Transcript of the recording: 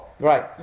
Right